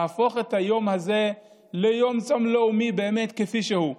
להפוך את היום הזה ליום צום לאומי כפי שהוא.